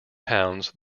towns